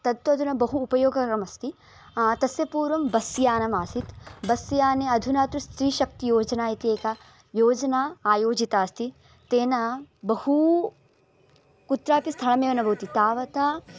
तत्तु अधुना बहु उपयोगकरम् अस्ति तस्य पूर्वं बस् यानमासीत् बस् याने अधुना तु स्त्रीशक्तियोजना इति एका योजना आयोजिता अस्ति तेन बहु कुत्रापि स्थलमेव न भवति तावता